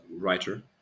writer